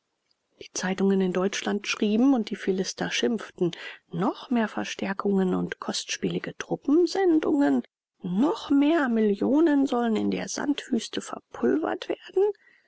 die zeitungen in deutschland schrieben und die philister schimpften noch mehr verstärkungen und kostspielige truppensendungen noch mehr millionen sollen in der sandwüste verpulvert werden